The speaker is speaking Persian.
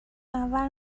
منور